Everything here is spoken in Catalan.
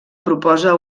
proposa